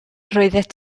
roeddet